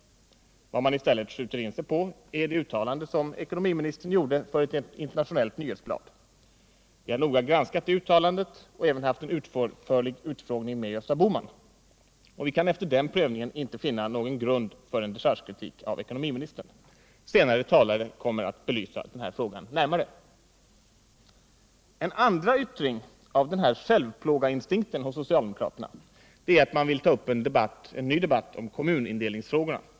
Vad man i stället skjuter in sig på är det uttalande som ekonomiministern gjorde för ett internationellt nyhetsblad. Vi har noga granskat det uttalandet och även haft en utförlig utfrågning med Gösta Bohman. Och vi kan efter den prövningen inte finna någon grund för en dechargekritik av ekonomiministern. Senare talare kommer närmare att belysa denna fråga. En andra yttring av självplågarinstinkten hos socialdemokraterna är att man vill ta upp en ny debatt om kommunindelningsfrågorna.